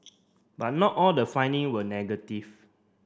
but not all the finding were negative